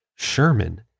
sherman